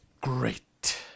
great